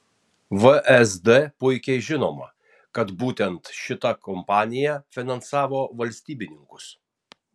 vsd puikiai žinoma kad būtent šita kompanija finansavo valstybininkus